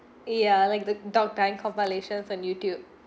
ya like the dog dying compilations on youtube